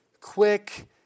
quick